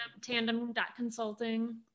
tandem.consulting